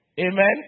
Amen